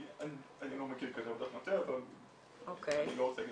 אני לא מכיר כזו עבודת מטה, אבל אני לא רוצה להגיד